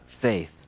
faith